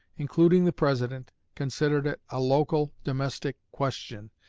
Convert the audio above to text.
including the president, considered it a local, domestic question,